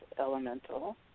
elemental